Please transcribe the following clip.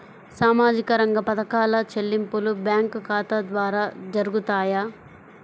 సామాజిక రంగ పథకాల చెల్లింపులు బ్యాంకు ఖాతా ద్వార జరుగుతాయా?